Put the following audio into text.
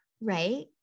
Right